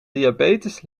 diabetes